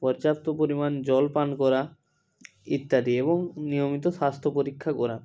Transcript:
পর্যাপ্ত পরিমাণ জল পান করা ইত্যাদি এবং নিয়মিত স্বাস্থ্য পরীক্ষা করা